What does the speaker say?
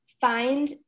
find